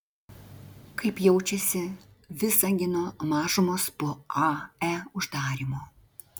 kaip jaučiasi visagino mažumos po ae uždarymo